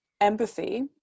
empathy